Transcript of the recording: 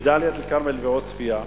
בדאלית-אל-כרמל ועוספיא,